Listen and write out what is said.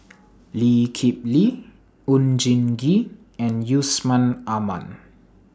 Lee Kip Lee Oon Jin Gee and Yusman Aman